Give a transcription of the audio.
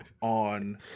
on